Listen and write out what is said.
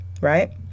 right